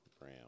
Ram